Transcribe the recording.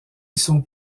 sont